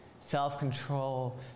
self-control